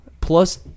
plus